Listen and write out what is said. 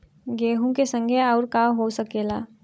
गेहूँ के संगे आऊर का का हो सकेला?